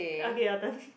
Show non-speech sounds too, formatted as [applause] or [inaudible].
okay your turn [breath]